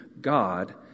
God